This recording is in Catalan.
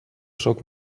sóc